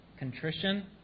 Contrition